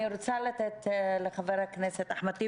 אני רוצה לתת לחבר הכנסת אחמד טיבי,